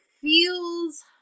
feels